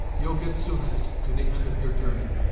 you'll get soonest to the ind of your journey.